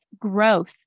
growth